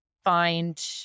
Find